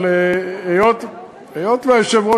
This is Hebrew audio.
אבל היות שהיושב-ראש,